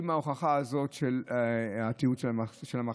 עם ההוכחה הזאת של התיעוד של המכת"זית.